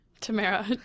Tamara